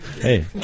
Hey